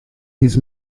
his